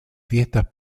fiestas